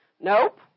Nope